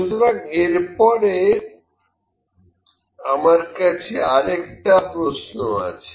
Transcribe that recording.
সুতরাং এরপরে আবার কাছে আরেকটা প্রশ্ন আছে